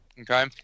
Okay